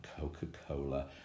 Coca-Cola